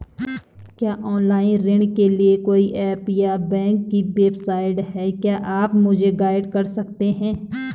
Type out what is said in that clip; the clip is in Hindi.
क्या ऑनलाइन ऋण के लिए कोई ऐप या बैंक की वेबसाइट है क्या आप मुझे गाइड कर सकते हैं?